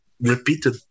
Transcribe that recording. repeated